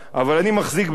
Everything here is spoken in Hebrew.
אבל אני מחזיק בידי,